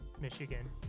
Michigan